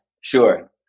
Sure